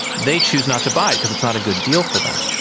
they choose not to buy it because it's not a good deal for them.